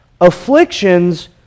Afflictions